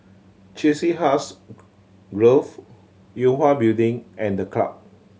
Chiselhurst Grove Yue Hwa Building and The Club